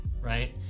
right